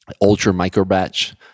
ultra-micro-batch